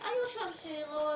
היו שם שאלות,